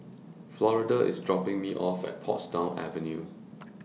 Florida IS dropping Me off At Portsdown Avenue